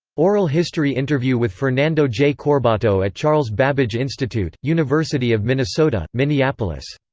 oral history interview with fernando j. corbato at charles babbage institute, university of minnesota, minneapolis.